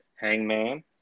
Hangman